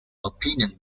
opinion